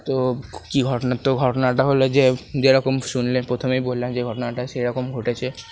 তো কী ঘটনা তো ঘটনাটা হল যে যেরকম শুনলেন প্রথমেই বললাম যে ঘটনাটা সেইরকম ঘটেছে